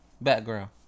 background